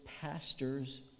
pastor's